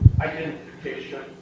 identification